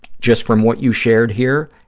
just from what you shared here,